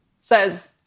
says